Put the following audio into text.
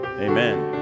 amen